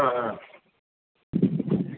ஆ ஆ